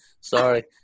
Sorry